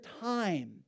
time